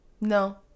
No